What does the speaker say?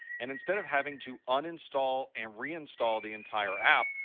and instead of having to uninstall and reinstall the entire app,